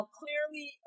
clearly